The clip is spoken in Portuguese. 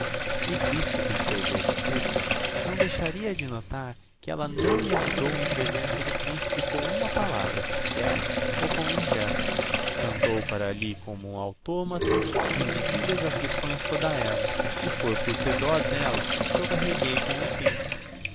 e visto que esteve á escuta não deixaria de notar que ella não me ajudou em presença do principe com uma palavra sequer ou com um gesto cantou para alli como um automato em visiveis afflições toda ella e foi por ter dó d'ella que eu carreguei com o principe